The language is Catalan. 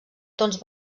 tons